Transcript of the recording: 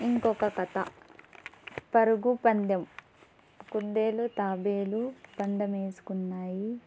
ఇంకొక కథ పరుగు పందెం కుందేలు తాబేలు పందం వేసుకున్నాయి